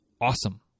awesome